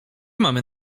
mamy